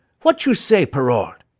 wot you say, perrault?